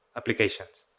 applications.